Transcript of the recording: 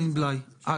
רק רציתי לשאול.